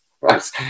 right